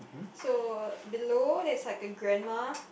so below there's like a grandma